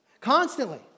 constantly